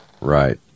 Right